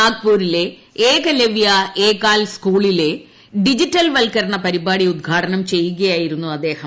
നാഗ്പൂരിലെ ഏകലവ്യ എകാൽ സ്കൂളിലെ ഡിജിറ്റൽവൽക്കരണ പരിപാടി ഉദ്ഘാടനം ചെയ്യുകയായിരുന്നു അദ്ദേഹം